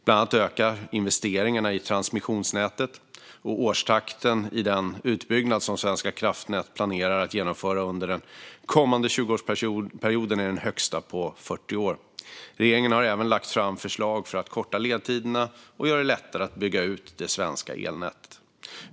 Bland annat ökar investeringarna i transmissionsnätet, och årstakten i den utbyggnad som Svenska kraftnät planerar att genomföra under den kommande 20-årsperioden är den högsta på 40 år. Regeringen har även lagt fram förslag för att korta ledtiderna och göra det lättare att bygga ut det svenska elnätet.